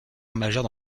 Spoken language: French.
majeure